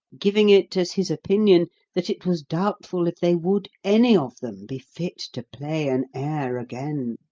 giving it as his opinion that it was doubtful if they would, any of them, be fit to play an air again.